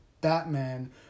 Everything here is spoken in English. Batman